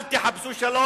אל תחפשו שלום,